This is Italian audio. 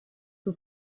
suo